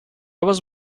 was